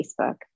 Facebook